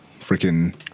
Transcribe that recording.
freaking